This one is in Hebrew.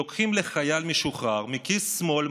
לוקחים לחייל משוחרר מכיס שמאל,